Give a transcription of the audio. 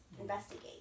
investigate